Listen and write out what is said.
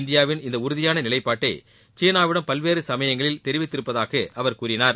இந்தியாவின் இந்தஉறுதியானநிலைப்பாட்டைசீனாவிடம் பல்வேறுசமயங்களில் தெரிவித்திருப்பதாகஅவர் கூறினார்